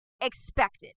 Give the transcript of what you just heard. expected